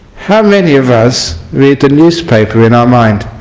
how many of us read the newspaper in our mind